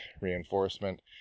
reinforcement